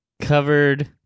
covered